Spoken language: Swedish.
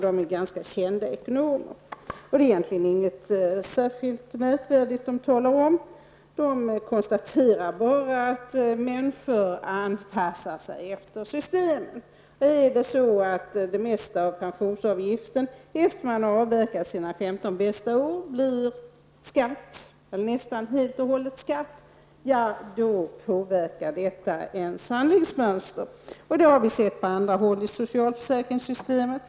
De är ganska kända ekonomer, och det handlar inte om särskilt märkvärdiga saker. De konstaterar bara att människor anpassar sig efter systemen. Om det mesta av pensionsavgifterna efter det att man har avverkat sina 15 bästa år blir skatt, eller nästan helt och hållet skatt, påverkar detta personens sanningsmönster. Det har vi sett på andra håll i socialförsäkringssystemet.